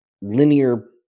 linear